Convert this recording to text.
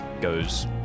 goes